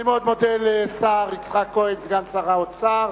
אני מאוד מודה לשר יצחק כהן, סגן שר האוצר.